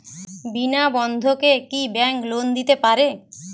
বিনা বন্ধকে কি bank loan দিতে পারে?